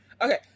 Okay